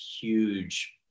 huge